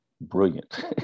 brilliant